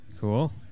Cool